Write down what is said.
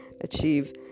achieve